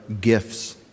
gifts